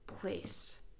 place